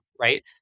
right